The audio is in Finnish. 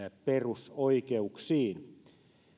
perusoikeuksiin